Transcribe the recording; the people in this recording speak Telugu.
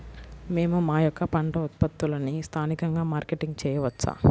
మేము మా యొక్క పంట ఉత్పత్తులని స్థానికంగా మార్కెటింగ్ చేయవచ్చా?